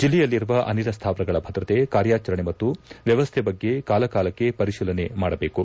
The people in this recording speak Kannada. ಜಿಲ್ಲೆಯಲ್ಲಿರುವ ಅನಿಲ ಸ್ಮಾವರಗಳ ಭದ್ರತೆ ಕಾರ್ಯಾಚರಣೆ ಮತ್ತು ವ್ಯವಸ್ಥೆ ಬಗ್ಗೆ ಕಾಲಕಾಲಕ್ಕೆ ಪರಿಶೀಲನೆ ಮಾಡಬೇಕು